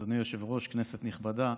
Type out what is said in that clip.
אדוני היושב-ראש, כנסת נכבדה,